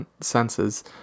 senses